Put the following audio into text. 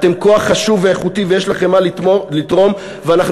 אתם כוח חשוב ואיכותי ויש לכם מה לתרום ואנחנו